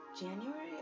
January